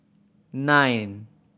nine